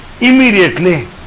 Immediately